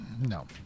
No